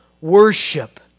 worship